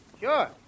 sure